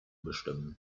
bestimmen